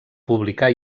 publicar